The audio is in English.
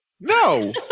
No